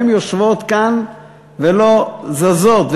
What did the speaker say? הן יושבות כאן ולא זזות,